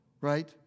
right